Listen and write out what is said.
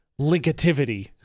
linkativity